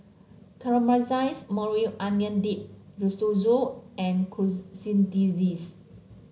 Caramelized Maui Onion Dip Risotto and Quesadillas